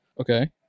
Okay